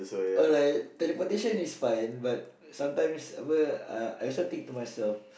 alright teleportation is fine but sometimes apa uh I I also think too much of